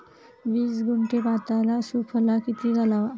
वीस गुंठे भाताला सुफला किती घालावा?